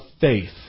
faith